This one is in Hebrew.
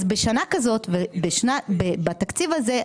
אז בשנה כזאת ובתקציב הזה,